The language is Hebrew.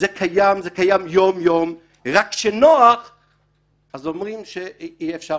זה קיים יום יום רק שנוח אז אומרים שאי אפשר